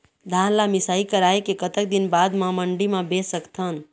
धान ला मिसाई कराए के कतक दिन बाद मा मंडी मा बेच सकथन?